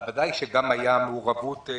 ודאי שהיתה מעורבות לרח"ל.